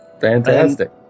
Fantastic